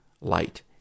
light